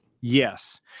Yes